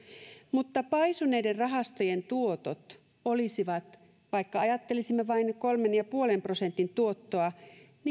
mutta paisuneiden rahastojen tuotot olisivat vaikka ajattelisimme vain kolmen ja puolen prosentin tuottoa